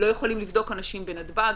לא יכולים לבדוק אנשים בנתב"ג.